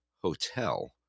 hotel